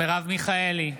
מרב מיכאלי,